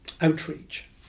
Outreach